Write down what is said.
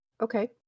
Okay